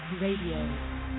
Radio